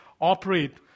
operate